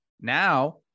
Now